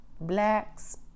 Blacks